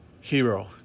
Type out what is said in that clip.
Hero